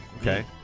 okay